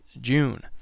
June